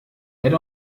add